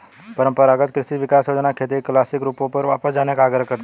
परम्परागत कृषि विकास योजना खेती के क्लासिक रूपों पर वापस जाने का आग्रह करती है